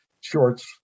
shorts